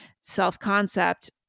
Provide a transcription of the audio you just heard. self-concept